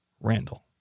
Randall